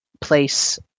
place